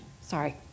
Sorry